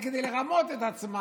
אבל כדי לרמות את עצמם